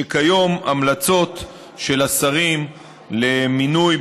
שכיום המלצות של השרים למינוי,